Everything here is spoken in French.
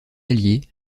alliés